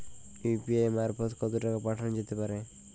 UPI মারফত কত টাকা পাঠানো যেতে পারে?